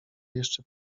jeszcze